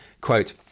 Quote